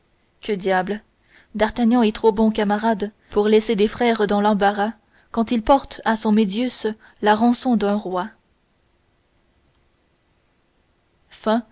que diable d'artagnan est trop bon camarade pour laisser des frères dans l'embarras quand il porte à son médius la rançon d'un roi